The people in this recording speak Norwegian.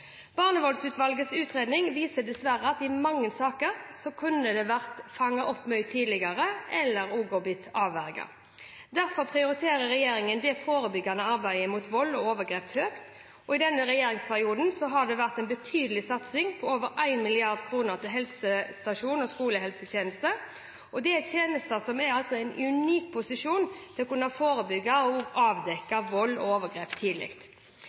Barnevoldsutvalgets utredning viser dessverre at mange saker kunne vært fanget opp eller avverget mye tidligere. Derfor prioriterer regjeringen det forebyggende arbeidet mot vold og overgrep høyt, og i denne regjeringsperioden har det vært en betydelig satsing, på over 1 mrd. kr, til helsestasjons- og skolehelsetjeneste. Dette er tjenester som er i en unik posisjon til å kunne forebygge og avdekke vold og overgrep tidlig.